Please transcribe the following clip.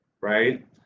Right